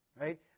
right